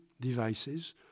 devices